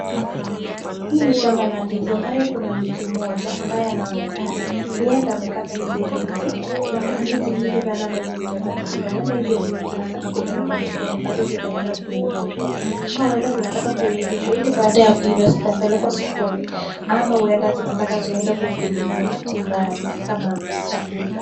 Hii ni shmba la ndizi ambayo kuna mtu mmoja ambaye anaonekana ni yeye mwenye amekata hizi ndizi na kuna ndizi nyingi sana ambaozo zimekatwa hapa, huenda hizi ndizi zinataka kupelekwa sokoni ambazo zitaenda kuzwa huko, ama zinataka kuivishwa, ili baada ya kuiva zinapelejwa sokoni, ama huenda zinataka kuenda kukuliwa nyumbani kama chakula.